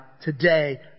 today